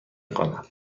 خوانم